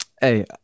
Hey